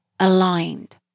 aligned